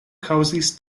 kaŭzis